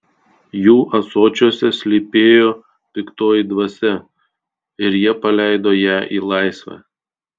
jų ąsočiuose slypėjo piktoji dvasia ir jie paleido ją į laisvę